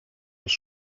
als